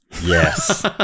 Yes